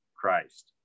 Christ